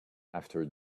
after